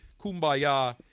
Kumbaya